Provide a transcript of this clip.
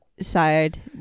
side